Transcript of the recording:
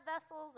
vessels